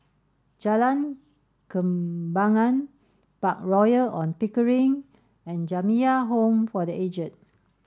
Jalan Kembangan Park Royal On Pickering and Jamiyah Home for the Aged